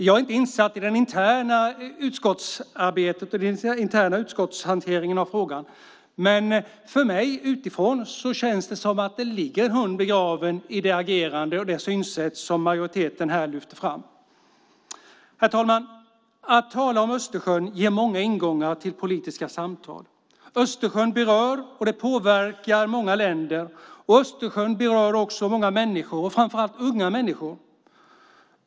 Jag är inte insatt i den interna utskottshanteringen av frågan, men för mig utifrån känns det som att det ligger en hund begraven i det agerande och det synsätt som majoriteten här lyfter fram. Herr talman! Att tala om Östersjön ger många ingångar till politiska samtal. Östersjön berör och påverkar många länder, och Östersjön berör också många människor, framför allt unga människor.